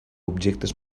objectes